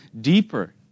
deeper